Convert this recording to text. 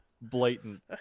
blatant